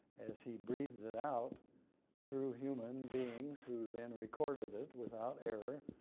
as he breathed it out through human beings, who then recorded it, without error.